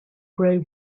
grey